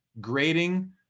grading